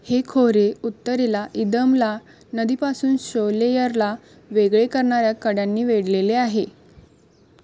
हे खोरे उत्तरेला इदमला नदीपासून शोलेयरला वेगळे करणाऱ्या कड्यांनी वेढलेले आहे